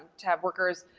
to have workers.